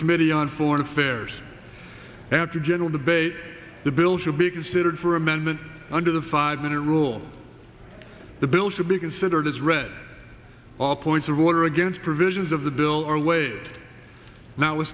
committee on foreign affairs after general debate the bill should be considered for amendment under the five minute rule the bill should be considered as read all points of order against provisions of the bill or wa